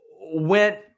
went